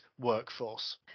workforce